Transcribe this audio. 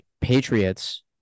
Patriots